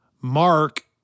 Mark